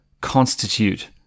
constitute